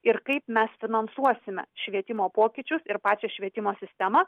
ir kaip mes finansuosime švietimo pokyčius ir pačią švietimo sistemą